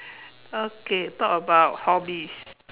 okay talk about hobbies